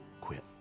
quit